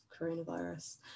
coronavirus